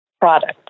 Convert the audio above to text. product